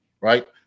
right